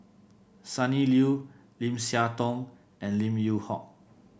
Sonny Liew Lim Siah Tong and Lim Yew Hock